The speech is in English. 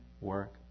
work